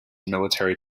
military